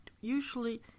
usually